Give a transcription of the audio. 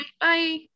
bye